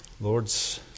Lord's